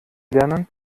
lernen